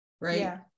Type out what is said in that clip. Right